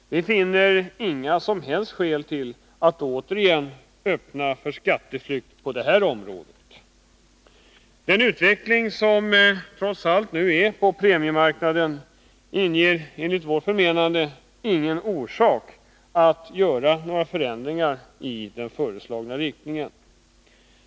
Vi finner inga som helst skäl till att återigen öppna vägen för skatteflykt på detta område. Den utveckling som nu trots allt äger rum på premiemarknaden ger enligt mitt förmenande inte heller anledning till att nu göra förändringar i föreslagen riktning.